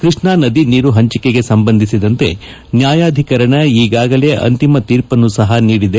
ಕೃಷ್ಣಾ ನದಿ ನೀರು ಹಂಚೆಕೆಗೆ ಸಂಬಂಧಿಸಿದಂತೆ ನ್ಯಾಯಾಧಿಕರಣವು ಈಗಾಗಲೇ ಅಂತಿಮ ತೀರ್ಪನ್ನೂ ಸಹ ನೀಡಿದೆ